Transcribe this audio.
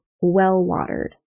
well-watered